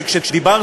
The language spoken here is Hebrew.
שכנעתי